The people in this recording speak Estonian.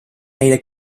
neile